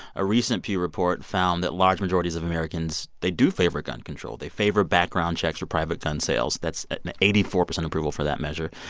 a recent pew report found that large majorities of americans they do favor gun control. they favor background checks for private gun sales. that's and eighty four percent approval for that measure.